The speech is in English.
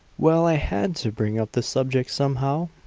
well, i had to bring up the subject somehow.